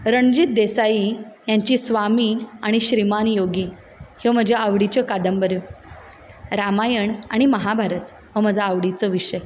रणजीत देसाई हेंची स्वामी आणी श्रीमान योगी ह्यो म्हज्यो आवडीच्यो कादंबऱ्यो रामायण आनी महाभारत हो म्हजो आवडीचो विशय